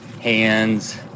hands